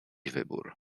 wybór